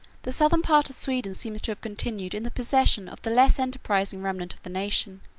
the southern part of sweden seems to have continued in the possession of the less enterprising remnant of the nation,